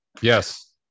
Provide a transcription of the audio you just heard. Yes